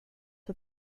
for